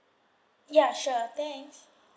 ya sure thanks